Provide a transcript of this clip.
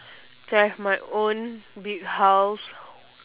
to have my own big house